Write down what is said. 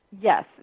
yes